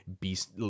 beast